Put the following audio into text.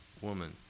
Woman